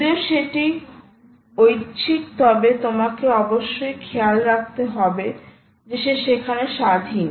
যদিও সেটা ঐচ্ছিক তবে তোমাকে অবশ্যই খেয়াল করতে হবে যে সে সেখানে স্বাধীন